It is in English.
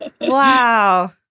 Wow